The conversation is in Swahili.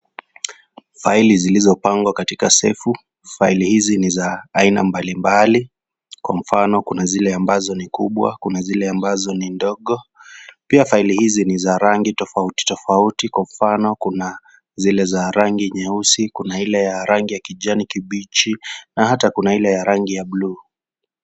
Faili zilizipangwa katika sefu faili hizi niza aina mbalimbali kwa mfano kuna zile ambazo ni kubwa kuna zile ambazo ni ndogo pia faili hizi ni za rangi tofauti tofauti kwa mfano kuna zile za rangi nyeusi Kuna Ile ya rangi ya kijani kibichi na hata kuna ile ya rangi ya bluu.